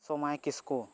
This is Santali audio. ᱥᱳᱢᱟᱭ ᱠᱤᱥᱠᱩ